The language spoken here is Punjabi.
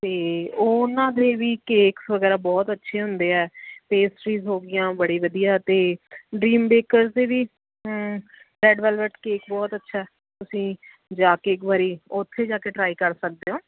ਅਤੇ ਉਹਨਾਂ ਦੇ ਵੀ ਕੇਕਸ ਵਗੈਰਾ ਬਹੁਤ ਅੱਛੇ ਹੁੰਦੇ ਆ ਪੇਸਟਰੀਜ਼ ਹੋ ਗਈਆਂ ਬੜੀ ਵਧੀਆ ਅਤੇ ਡਰੀਮ ਬੇਕਰਜ਼ ਦੇ ਵੀ ਰੇਡ ਵੈਲਵੈਟ ਕੇਕ ਬਹੁਤ ਅੱਛਾ ਤੁਸੀਂ ਜਾ ਕੇ ਇੱਕ ਵਾਰੀ ਉੱਥੇ ਜਾ ਕੇ ਟਰਾਈ ਕਰ ਸਕਦੇ ਹੋ